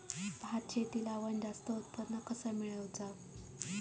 भात शेती लावण जास्त उत्पन्न कसा मेळवचा?